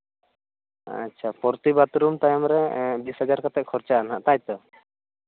ᱟᱪᱪᱷᱟ ᱯᱨᱚᱛᱤᱴᱤ ᱵᱟᱛᱷᱨᱩᱢ ᱛᱟᱭᱚᱢ ᱨᱮ ᱵᱤᱥ ᱦᱟᱡᱟᱨ ᱠᱟᱛᱮᱫ ᱠᱷᱚᱨᱪᱟᱜᱼᱟ ᱦᱟᱸᱜ ᱛᱟᱭᱛᱚ